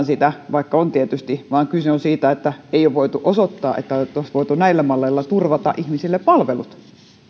sitä vastaan vaikka on tietysti vaan kyse on siitä että ei ole voitu osoittaa että voitaisiin näillä malleilla turvata ihmisille palvelut